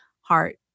heart